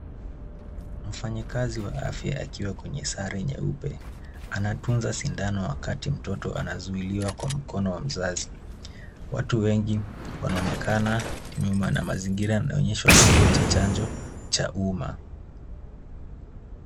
Mfanyikazi wa afya akiwa kwenye sare nyeupe. Anatunza sindano wakati mtoto anazuiliwa kwa mkono wa mzazi. Watu wengi wanaonekana nyuma na mazingira yanaonyesha kituo cha chanjo cha umma.